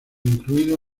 incluido